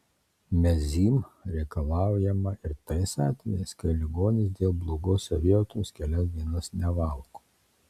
mezym reikalaujama ir tais atvejais kai ligonis dėl blogos savijautos kelias dienas nevalgo